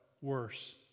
worse